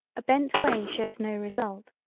a bent way shows no result,